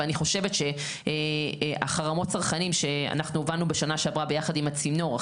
ואני חושבת שחרמות הצרכנים שאנחנו הובלנו בשנה שעברה ביחד עם הצינור,